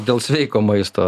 dėl sveiko maisto